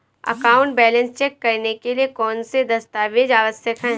Account balance check करने के लिए कौनसे दस्तावेज़ आवश्यक हैं?